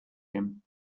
him